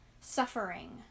suffering